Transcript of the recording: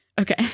okay